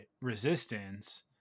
resistance